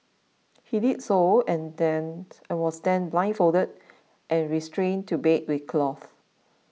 he did so and was then blindfolded and restrained to a bed with cloth